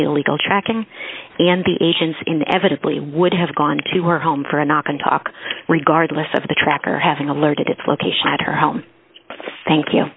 illegal tracking and the agents inevitably would have gone to her home for a knock and talk regard less of the tracker having alerted its location at her home thank you